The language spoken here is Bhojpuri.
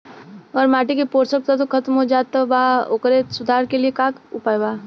अगर माटी के पोषक तत्व खत्म हो जात बा त ओकरे सुधार के लिए का उपाय बा?